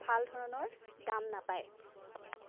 ভাল ধৰণৰ দাম নাপায়